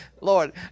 Lord